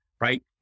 right